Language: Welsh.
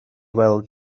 weld